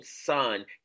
son